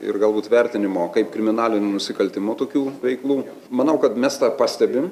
ir galbūt vertinimo kaip kriminalinių nusikaltimų tokių veiklų manau kad mes tą pastebim